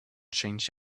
change